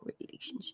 relationship